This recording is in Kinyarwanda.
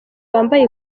wambaye